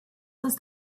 ist